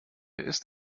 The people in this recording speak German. ist